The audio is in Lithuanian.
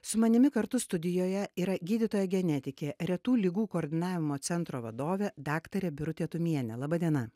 su manimi kartu studijoje yra gydytoja genetikė retų ligų koordinavimo centro vadovė daktarė birutė tumienė laba diena